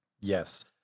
Yes